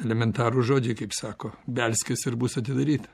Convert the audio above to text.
elementarūs žodžiai kaip sako belskis ir bus atidaryta